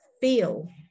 feel